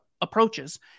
approaches